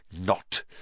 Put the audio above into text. Not